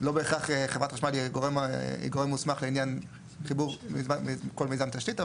לא בהכרח חברת חשמל היא גורם מוסמך לעניין חיבור כל מיזם תשתית.